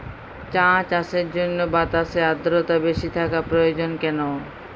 চা চাষের জন্য বাতাসে আর্দ্রতা বেশি থাকা প্রয়োজন কেন?